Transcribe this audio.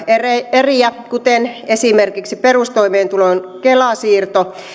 eriä kuten esimerkiksi perustoimeentulon kela siirron